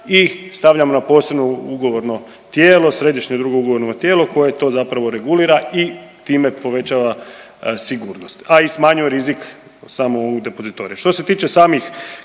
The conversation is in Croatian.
i stavljamo na posebno ugovorno tijelo, središnje drugo ugovorno tijelo koje to zapravo regulira i time povećava sigurnost, a i smanjuje rizik samog ovog depozitorija. Što se tiče samih